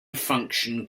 function